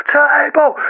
table